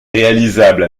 réalisable